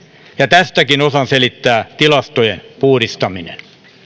ja tästäkin osan selittää tilastojen puhdistaminen